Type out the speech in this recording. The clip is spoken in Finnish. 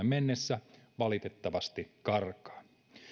mennessä valitettavasti karkaa